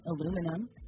aluminum